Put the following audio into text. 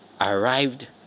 arrived